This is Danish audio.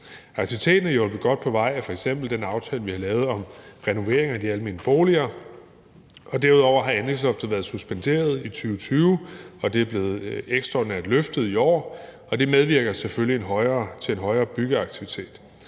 Aktiviteten er hjulpet godt på vej af f.eks. den aftale, vi har lavet om renovering af de almene boliger. Derudover har anlægsloftet været suspenderet i 2020, og det er blevet ekstraordinært løftet i år. Det medvirker selvfølgelig til en højere byggeaktivitet.